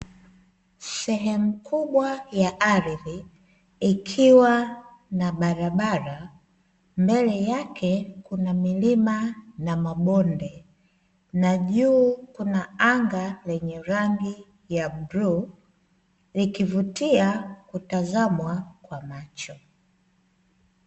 Sehemu kubwa ya ardhi ikiwa na barabara, mbele yake kuna milima na mabonde na juu kuna anga lenye rangi ya bluu likivutia kutazamwa kwa macho.